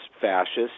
fascist